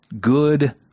Good